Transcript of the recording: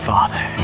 Father